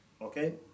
Okay